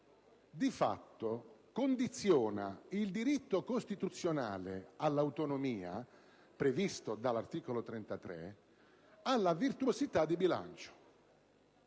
di fatto condiziona il diritto costituzionale all'autonomia, previsto dall'articolo 33 della Costituzione, alla virtuosità di bilancio: